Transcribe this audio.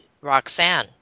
Roxanne